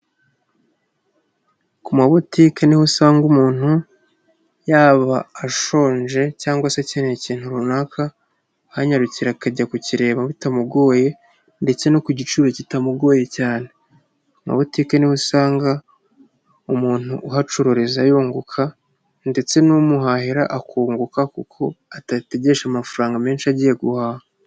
Ku mabutike niho usanga umuntu, yaba ashonje cyangwa se akeneye ikintu runaka, ahanyarukira akajya kukireba bitamugoye ndetse no ku giciro kitamugoye cyane. Ku mabutike niho usanga, umuntu uhacururiza yunguka ndetse n'umuhahira akunguka kuko adategesha amafaranga menshi agiye guhaha.